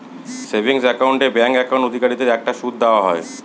savings account এ bank account অধিকারীদের একটা সুদ দেওয়া হয়